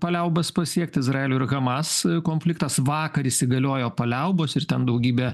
paliaubas pasiekt izraelio ir hamas konfliktas vakar įsigaliojo paliaubos ir ten daugybė